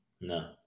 No